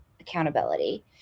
accountability